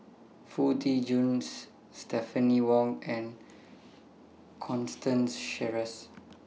Foo Tee Jun Stephanie Wong and Constance Sheares